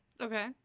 Okay